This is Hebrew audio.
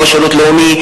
לא שירות לאומי,